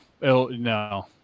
No